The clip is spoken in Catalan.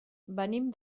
venim